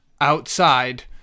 outside